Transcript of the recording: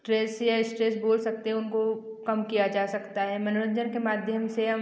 trace या stress बोल सकते हो उनको कम किया जा सकता है मनोरंजन के माध्यम से हम